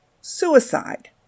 suicide